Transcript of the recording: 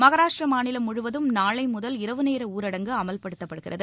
மகாராஷ்ட்ரமாநிலம் முழுவதும் நாளைமுதல் இரவுநேரஊரடங்கு அமவ்படுத்தப்படுகிறது